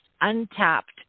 untapped